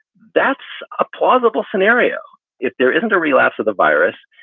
that's a plausible scenario if there isn't a relapse of the virus.